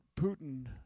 Putin